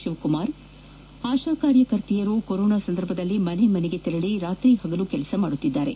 ಶಿವಕುಮಾರ್ ಆಶಾ ಕಾರ್ಯಕರ್ತೆಯರು ಕೊರೊನಾ ಸಂದರ್ಭದಲ್ಲಿ ಮನೆ ಮನೆಗೆ ತೆರಳಿ ರಾತ್ರಿ ಹಗಲು ಕೆಲಸ ಮಾಡುತ್ತಿದ್ದಾರೆ